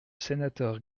sénateur